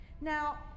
now